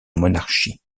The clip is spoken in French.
monarchie